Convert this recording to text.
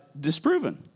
disproven